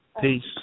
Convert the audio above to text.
Peace